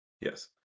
Yes